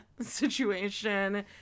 situation